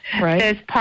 right